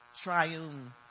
triune